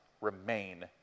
remain